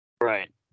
Right